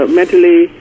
mentally